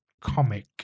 comic